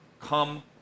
come